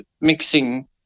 mixing